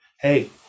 Hey